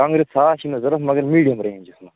کانٛگٕرِ ساس چھِ مےٚ ضروٗرت مگر میٖڈِیَم رینٛجیٚس منٛز